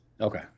okay